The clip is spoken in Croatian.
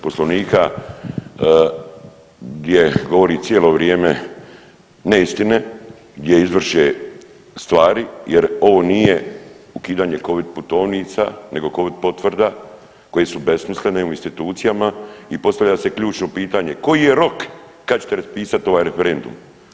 Poslovnika gdje govori cijelo vrijeme neistine, gdje izvrće stvari jer ovo nije ukidanje covid putovnica nego covid potvrda koje su besmislene u institucijama i postavlja se ključno pitanje koji je rok kada ćete raspisati ovaj referendum.